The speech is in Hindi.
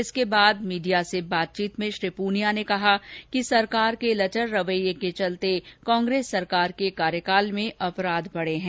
इसके बाद मीडिया से बातचीत में श्री पूनिया ने कहा कि सरकार के लचर रवैये के चलते कांग्रेस सरकार के कार्यकाल में अपराध बढे हैं